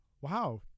Wow